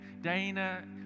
dana